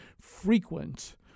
frequent